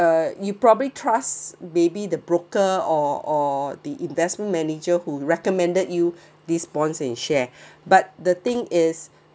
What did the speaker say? uh you probably trust may be the broker or or the investment manager who recommended you these bonds and share but the thing is